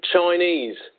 Chinese